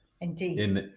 Indeed